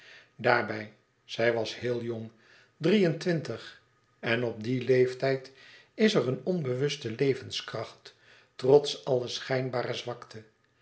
daarbij zij wàs heel jong drie en twintig en op dien leeftijd is er een onbewuste levenskracht trots alle schijnbare zwakte